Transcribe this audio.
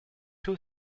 two